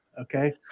Okay